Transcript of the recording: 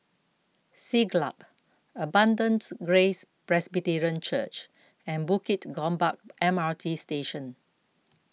Siglap Abundant Grace Presbyterian Church and Bukit Gombak M R T Station